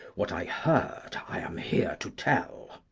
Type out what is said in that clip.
what i heard, i am here to tell.